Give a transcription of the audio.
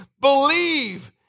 Believe